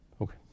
Okay